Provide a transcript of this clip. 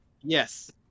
yes